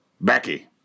Becky